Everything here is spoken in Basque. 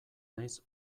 naiz